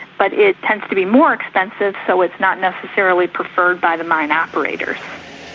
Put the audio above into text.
but it tends to be more expensive so it's not necessarily preferred by the mine operators.